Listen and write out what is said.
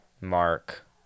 Mark